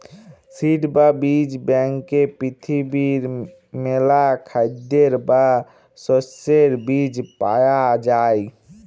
seed বা বীজ ব্যাংকে পৃথিবীর মেলা খাদ্যের বা শস্যের বীজ পায়া যাই